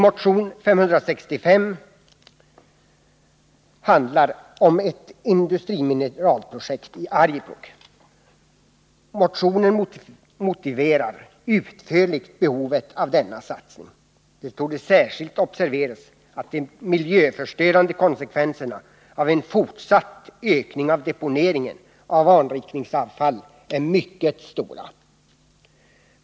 Motion 565 handlar om ett industrimineralprojekt i Arjeplog. I motionen motiveras utförligt behovet av denna satsning. Det torde särskilt observeras att de miljöförstörande konsekvenserna av en fortsatt ökning av deponeringen av anrikningsavfall är mycket stora.